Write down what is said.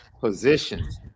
positions